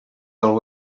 del